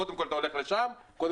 קודם כל אתה הולך לשם וכולי.